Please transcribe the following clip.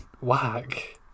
Whack